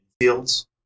fields